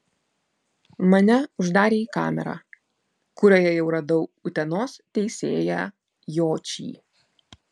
mane uždarė į kamerą kurioje jau radau utenos teisėją jočį